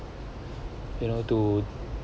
you know to